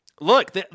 Look